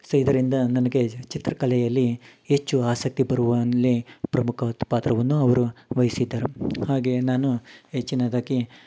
ಸೆ ಇದರಿಂದ ನನಗೆ ಚಿತ್ರಕಲೆಯಲ್ಲಿ ಹೆಚ್ಚು ಆಸಕ್ತಿ ಬರುವಲ್ಲಿ ಪ್ರಮುಖ ಪಾತ್ರವನ್ನು ಅವರು ವಹಿಸಿದ್ದರು ಹಾಗೆ ನಾನು ಹೆಚ್ಚಿನದ್ದಾಗಿ